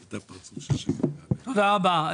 תודה רבה.